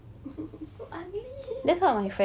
so ugly